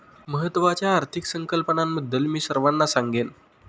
महत्त्वाच्या आर्थिक संकल्पनांबद्दल मी सर्वांना सांगेन